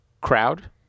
crowd